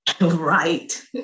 Right